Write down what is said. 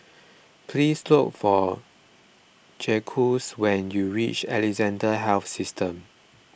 please look for Jacquez when you reach Alexandra Health System